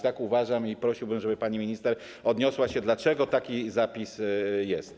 Tak uważam i prosiłbym, żeby pani minister odniosła się do tego, dlaczego taki zapis jest.